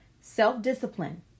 Self-discipline